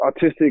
autistic